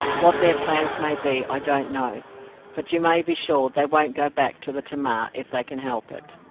what their plans may be, i don't know but you may be sure they won't go back to the tamar, if they can help it.